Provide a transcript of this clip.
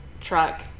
truck